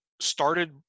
started